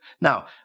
Now